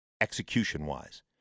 execution-wise